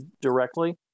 directly